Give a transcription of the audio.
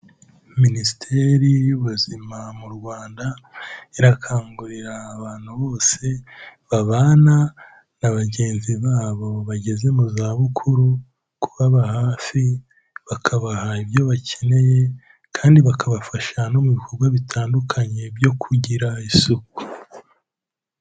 Minisiteri y'ubuzima mu Rwanda irakangurira abantu bose babana na bagenzi babo bageze mu za bukuru kubaba hafi, bakabaha ibyo bakeneye, kandi bakabafasha no mu bikorwa bitandukanye byo kugira isuku.